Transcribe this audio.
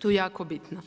tu jako bitna.